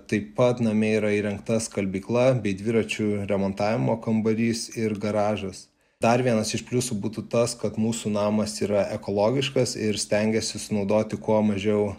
taip pat name yra įrengta skalbykla bei dviračių remontavimo kambarys ir garažas dar vienas iš pliusų būtų tas kad mūsų namas yra ekologiškas ir stengiasi sunaudoti kuo mažiau